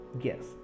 Yes